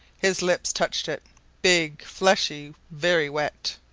his lips touched it big, fleshy, very wet.